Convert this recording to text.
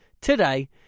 today